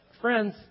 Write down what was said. friends